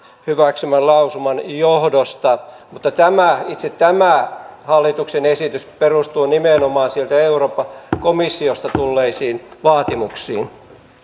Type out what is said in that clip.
hyväksymän lausuman johdosta mutta itse tämä hallituksen esitys perustuu nimenomaan sieltä euroopan komissiosta tulleisiin vaatimuksiin